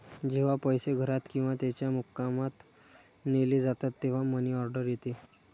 जेव्हा पैसे घरात किंवा त्याच्या मुक्कामात नेले जातात तेव्हा मनी ऑर्डर येते